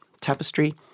Tapestry